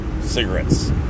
Cigarettes